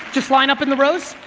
just line up in the rows,